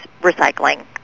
recycling